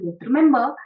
remember